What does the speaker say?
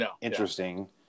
interesting